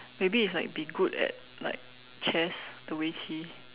maybe it's like be good at like chess the 围棋